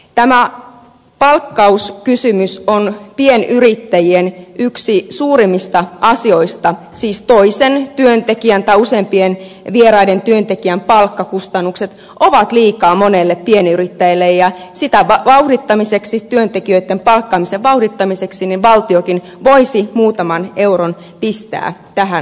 tämä palkkauskysymys on yksi pienyrittäjien suurimmista asioista siis toisen työntekijän tai useampien vieraiden työntekijöiden palkkakustannukset ovat liikaa monelle pienyrittäjälle ja työntekijöitten palkkaamisen vauhdittamiseksi valtiokin voisi muutaman euron pistää tähän pussiin